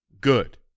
good